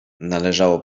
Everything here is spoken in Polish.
należało